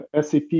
SAP